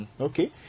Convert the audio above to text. Okay